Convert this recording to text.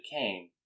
came